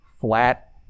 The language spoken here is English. flat